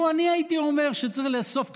לו אני הייתי אומר שצריך לאסוף את